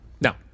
No